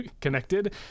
connected